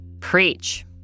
Preach